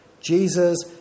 Jesus